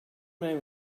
man